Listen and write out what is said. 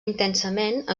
intensament